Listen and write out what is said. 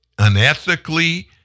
unethically